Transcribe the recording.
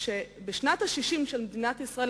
שבשנת ה-60 של מדינת ישראל,